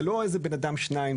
זה לא אדם או שניים,